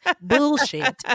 bullshit